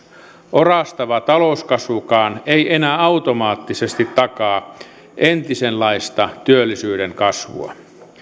orastava talouskasvukaan ei enää automaattisesti takaa entisenlaista työllisyyden kasvua